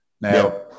Now